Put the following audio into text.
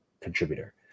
contributor